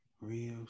real